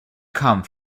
come